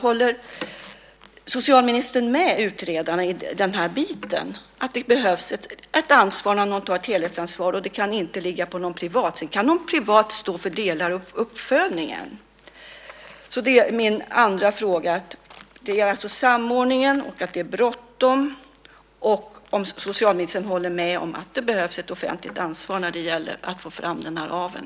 Håller socialministern med utredaren i den här biten? Behövs det att någon tar ett helhetsansvar? Det kan inte ligga på någon privat, men sedan kan ju någon privat stå för delar av uppfödningen. Det var min andra fråga. Det gäller alltså samordningen, att det är bråttom och om socialministern håller med om att det behövs ett offentligt ansvar när det gäller att få fram aveln.